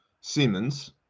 Siemens